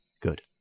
good